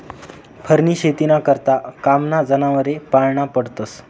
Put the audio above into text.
फरनी शेतीना करता कामना जनावरे पाळना पडतस